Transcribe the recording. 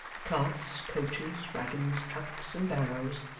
carts, coaches, waggons, trucks, and barrows,